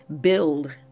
Build